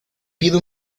pide